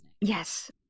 yes